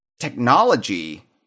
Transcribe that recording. technology